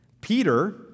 Peter